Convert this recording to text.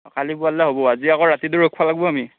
অঁ কালি পুৱাৰলে হ'ব আজি আক' ৰাতিতো ৰখিব লাগিব আমি